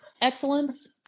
excellence